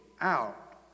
out